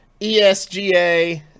ESGA